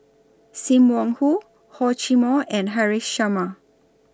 SIM Wong Hoo Hor Chim Or and Haresh Sharma